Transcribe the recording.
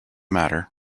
matter